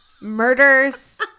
Murders